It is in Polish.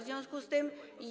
W związku z tym.